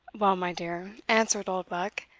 well, my dear, answered oldbuck,